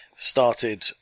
Started